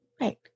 Right